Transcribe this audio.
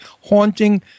haunting